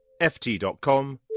ft.com